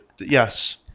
Yes